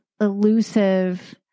elusive